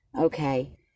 Okay